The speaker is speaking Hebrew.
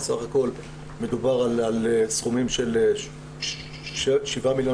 בסך הכל מדובר על סכומים של 7 מיליוני